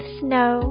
snow